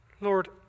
Lord